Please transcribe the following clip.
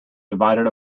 divided